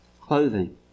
clothing